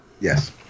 Yes